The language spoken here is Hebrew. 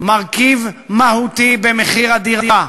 מרכיב מהותי במחיר הדירה,